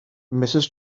mrs